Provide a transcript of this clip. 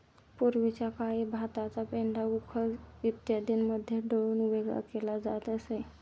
पूर्वीच्या काळी भाताचा पेंढा उखळ इत्यादींमध्ये दळून वेगळा केला जात असे